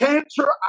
Cancer